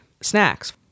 snacks